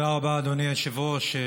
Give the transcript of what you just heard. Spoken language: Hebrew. תודה רבה, אדוני היושב-ראש.